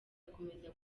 agakomeza